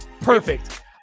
Perfect